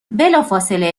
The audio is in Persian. بلافاصله